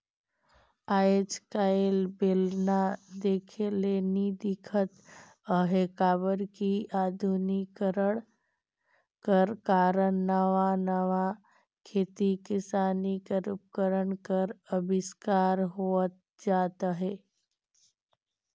आएज काएल बेलना देखे ले नी दिखत अहे काबर कि अधुनिकीकरन कर कारन नावा नावा खेती किसानी कर उपकरन कर अबिस्कार होवत जात अहे